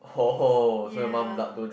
yeah